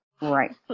Right